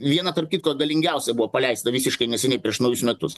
viena tarp kitko galingiausia buvo paleista visiškai neseniai prieš naujus metus